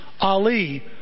Ali